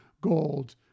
gold